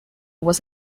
was